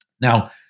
Now